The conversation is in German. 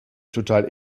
total